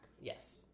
Yes